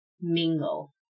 mingle